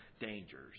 dangers